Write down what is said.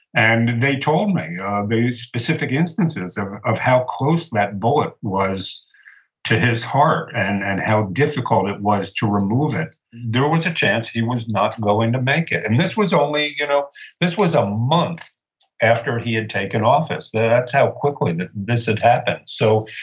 and they told me these specific instances of of how close that bullet was to his heart, and and how difficult it was to remove it. there was a chance he was not going to make it. and this was only, you know this was a month after he had taken office. that's how quickly this had happened. so,